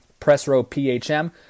PressRowPHM